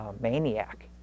maniac